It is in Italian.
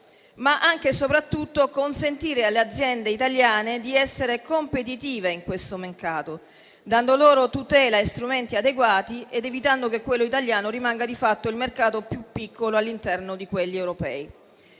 ma anche e soprattutto consentire alle aziende italiane di essere competitive in questo mercato, dando loro tutela e strumenti adeguati ed evitando che quello italiano rimanga di fatto il mercato più piccolo all'interno di quelli europei.